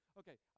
okay